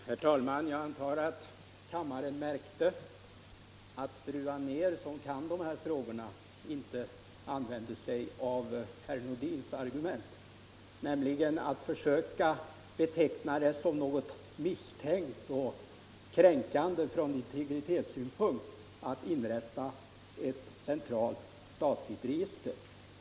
Herr talman! Jag antar att kammaren märkte att fru Anér, som kan de här frågorna, inte använde herr Nordins argument, nämligen att försöka beteckna det som något misstänkt och kränkande från integritetssynpunkt att inrätta ett centralt statligt register.